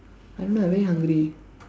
I don't know I very hungry